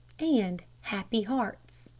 and happy hearts.